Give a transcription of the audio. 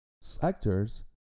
sectors